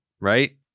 right